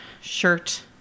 shirt